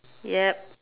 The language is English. yup